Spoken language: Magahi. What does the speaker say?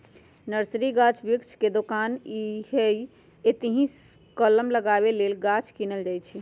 नर्सरी गाछ वृक्ष के दोकान हइ एतहीसे कलम लगाबे लेल गाछ किनल जाइ छइ